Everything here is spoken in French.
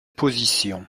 position